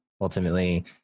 ultimately